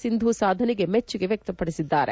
ಸಿಂಧೂ ಸಾಧನೆಗೆ ಮೆಚ್ಚುಗೆ ವ್ಯಕ್ತಪಡಿಸಿದ್ದಾರೆ